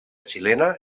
xilena